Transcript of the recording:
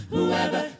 Whoever